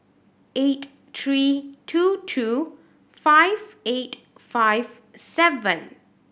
eight three two two five eight five seven